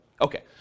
Okay